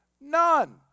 None